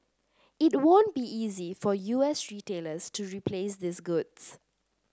it won't be easy for U S retailers to replace these goods